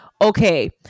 okay